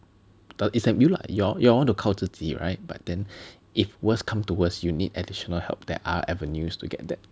it's like you lah you all want to 靠自己 right but then if worse come to worst you need additional help there are avenues to get that